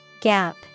Gap